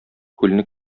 күлне